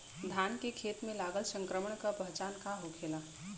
धान के खेत मे लगल संक्रमण के पहचान का होखेला?